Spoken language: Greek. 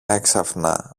έξαφνα